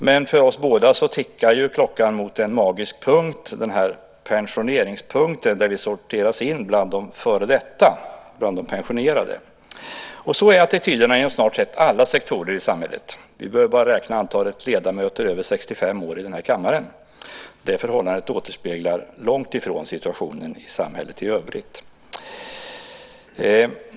Men för oss båda tickar klockan mot en magisk punkt, pensioneringspunkten, där vi sorteras in bland de före detta, bland de pensionerade. Så är attityderna inom snart sagt alla sektorer i samhället. Vi behöver bara räkna antalet ledamöter över 65 år i den här kammaren. Det förhållandet återspeglar långt ifrån situationen i samhället i övrigt.